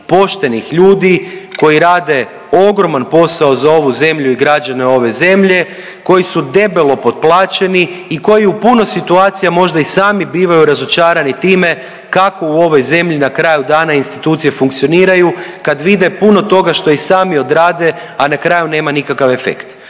poštenih ljudi koji rade ogroman posao za ovu zemlju i građane ove zemlje, koji su debelo potplaćeni i koji u puno situacija možda i sami bivaju razočarani time kako u ovoj zemlji na kraju dana institucije funkcioniraju kad vide puno toga što i sami odrade, a na kraju nema nikakav efekt.